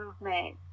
movement